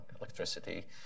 electricity